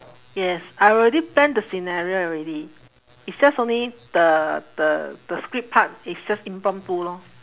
yes I already plan the scenario already it's just only the the the script part is just impromptu lor